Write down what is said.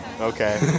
Okay